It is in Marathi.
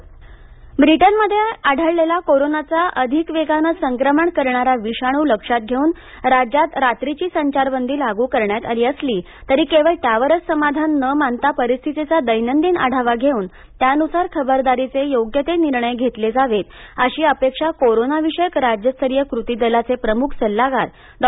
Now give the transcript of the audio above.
कृतीदल ब्रिटनमध्ये आढळलेला कोरोनाचा अधिक वेगानं संक्रमण करणारा विषाणू लक्षात घेऊन राज्यात रात्रीची संचारबंदी लागू करण्यात आली असली तरी केवळ त्यावरच समाधान न मानता परिस्थितीचा दैनंदिन आढावा घेऊन त्यानुसार खबरदारीचे योग्य ते निर्णय घेतले जावेत अशी अपेक्षा कोरोनाविषयक राज्यस्तरीय कृती दलाचे प्रमुख सल्लागार डॉ